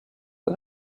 but